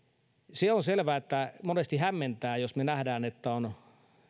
se on selvää että monesti hämmentää jos me näemme että on